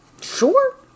Sure